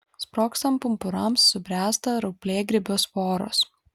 sprogstant pumpurams subręsta rauplėgrybio sporos